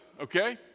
okay